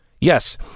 Yes